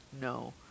No